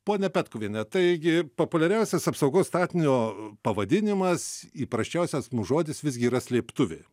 ponia petkuviene taigi populiariausias apsaugos statinio pavadinimas įprasčiausias mūs žodis visgi yra slėptuvė